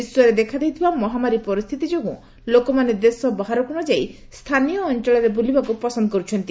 ବିଶ୍ୱରେ ଦେଖାଦେଇଥିବା ମହାମାରୀ ପରିସ୍ଥିତି ଯୋଗୁଁ ଲୋକମାନେ ଦେଶ ବାହାରକୁ ନ ଯାଇ ସ୍ଥାନୀୟ ଅଞ୍ଚଳରେ ବୁଲିବାକୁ ପସନ୍ଦ କରୁଛନ୍ତି